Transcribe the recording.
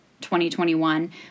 2021